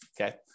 okay